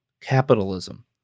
capitalism